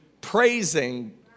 praising